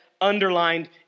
underlined